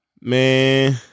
Man